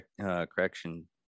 correction